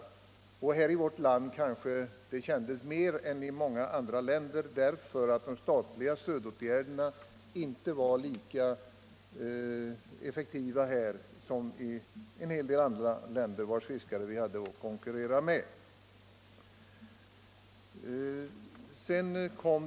I vårt land var de kanske mer kännbara än i många andra länder därför att de statliga stödåtgärderna inte var lika effektiva här som i en hel del andra länder, vars fiskare vi hade att konkurrera med.